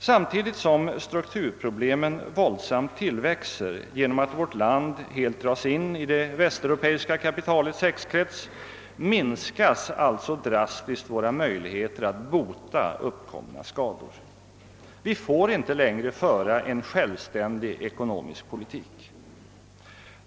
Samtidigt som =<:strukturproblemen våldsamt tillväxer genom att vårt land helt dras in i det västeuropeiska kapitalets häxkrets minskas alltså drastiskt våra möjligheter att bota uppkomna skador. Vi får inte längre föra en självständig ekonomisk politik.